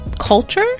culture